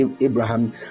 abraham